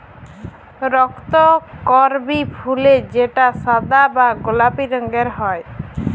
রক্তকরবী ফুল যেটা সাদা বা গোলাপি রঙের হ্যয়